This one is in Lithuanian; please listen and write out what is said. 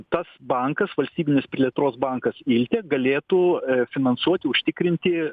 tas bankas valstybinis plėtros bankas ilte galėtų finansuot užtikrinti